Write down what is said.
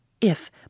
if